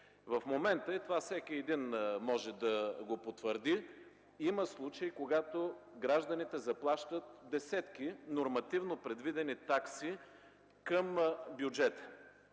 В момента има случаи, това всеки един може да го потвърди, когато гражданите заплащат десетки нормативно предвидени такси към бюджета.